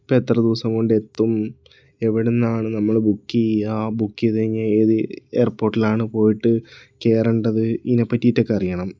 ഇപ്പം എത്ര ദിവസം കൊണ്ട് എത്തും എവിടുന്നാണ് നമ്മള് ബുക്ക് ചെയ്യുക ബുക്ക് ചെയ്ത് കഴിഞ്ഞാൽ ഏത് എയർപോട്ടിലാണ് പോയിട്ട് കയറേണ്ടത് ഇതിനെപ്പറ്റിയിട്ടൊക്കെ അറിയണം